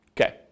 Okay